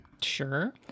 Sure